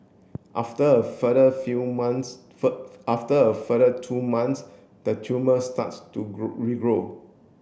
after a further few months after a further two months the tumour starts to regrow